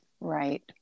Right